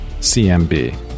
cmb